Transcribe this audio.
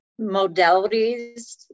modalities